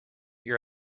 your